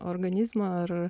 organizmą ar